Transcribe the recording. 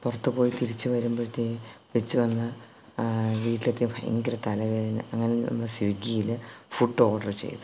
പുറത്തുപോയി തിരിച്ചുവരുമ്പോഴത്തേക്ക് തിരിച്ചുവന്ന് വീട്ടിലെത്തി ഭയങ്കര തലവേദന അങ്ങനെ സ്വിഗ്ഗിയിൽ ഫുഡ് ഓർഡർ ചെയ്തു